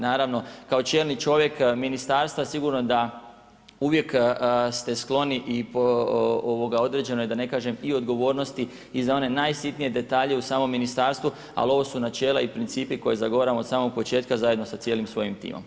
Naravno, kao čelni čovjek ministarstva sigurno da uvijek ste skloni i određenoj da ne kažem i odgovornosti i za one najsitnije detalje u samom ministarstvu ali ovo su načela i principi koji zagovaramo u samog početka zajedno sa cijelim svojim timom.